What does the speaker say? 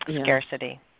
scarcity